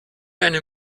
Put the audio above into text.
eine